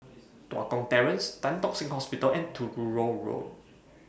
Tua Kong Terrace Tan Tock Seng Hospital and Truro Road